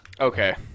Okay